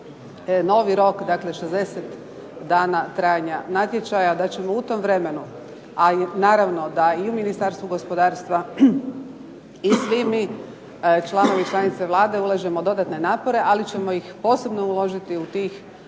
novi rok, dakle 60 dana trajanja natječaja, da ćemo u tom vremenu, a i naravno da i Ministarstvo gospodarstva i svi mi članovi i članice Vlade ulažemo dodatne napore, ali ćemo ih posebno uložiti u tih